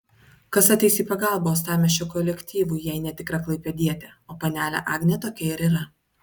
kas ateis į pagalbą uostamiesčio kolektyvui jei ne tikra klaipėdietė o panelė agnė tokia ir yra